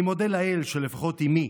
אני מודה לאל שלפחות אימי,